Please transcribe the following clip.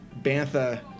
Bantha